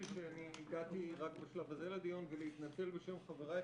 שהגעתי רק בשלב הזה לדיון ולהתנצל בשם חבריי,